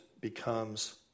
becomes